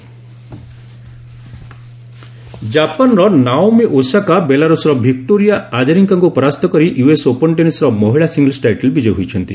US Open ଜାପାନର Naomi Osaka ବେଲାରୁଷ୍ର Victoria ଆଜାରିଙ୍କାଙ୍କୁ ପରାସ୍ତ କରି ୟୁଏସ୍ ଓପନ ଟେନିସ୍ର ମହିଳା ସିଙ୍ଗିଲ୍ ଟାଇଟଲ ବିଜୟୀ ହୋଇଛନ୍ତି